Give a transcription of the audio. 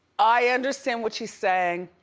i understand what she's saying.